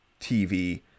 TV